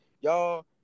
Y'all